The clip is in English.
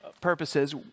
purposes